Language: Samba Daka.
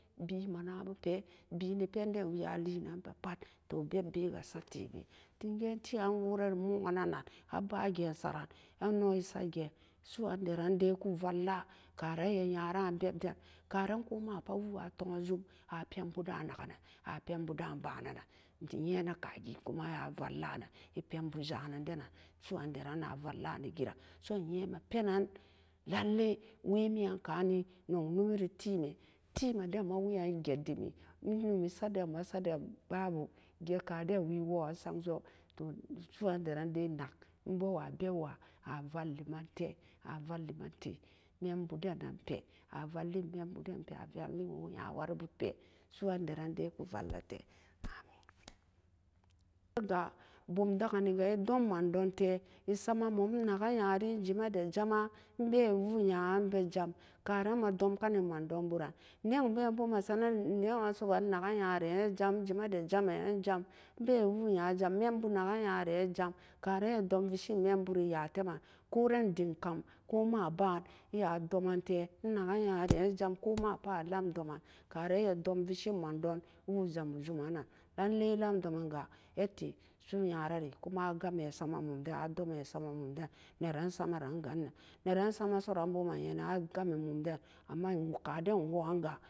Ben ma na bu pee beb bee ga sat tebee dem gee tee ga a ba gen saren a noo e sat gan su'uandaran daa ku valla ka ran a nyara beb den karan ko ma pat woo a tu'an jum a pen bo dan nakenan a pen boo dan ba'a nenan dem yee nee ka gee ku ma a valla nan e pen bu ja'anen nen a su'uandare na valla ne gee an dem ye'an mee peenan nan le wee mi'an kan nee nog wori tee mee, tee-mee den maa we'an jee dee mi e noni. sat den sat den babu jet ka den wee wa'an san so su'uandaran dai nak e bee wa'a beb waa a valle manle a valle mantee mee bu den nan pee a valle nyawari bu pee su'uandaran dai ku valla tee amin bum da ke ni ga e dom man dun tee e sama mum a nake nya ree e jee mee dat jama e bee wu'a yan a bee jam karan ma dom ke nen noug bee bora a saren noo'an sogooa a neke nya'ee bee woo nya bee jam mee bu nake nyaree bee jam ko maboo a lem doman karan e ma dom vesee mandon woo ja'amu juman nan nan lee laa domin ga e tai su'uyarari ku ma a gan bee sama mum den kuma a gan bee sama mum den naran sama ran ga neran sama mum den neeran sama ran gan nee ne ran sama so ran boo a yenen a ga nee mum den amma kun den wanga